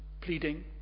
pleading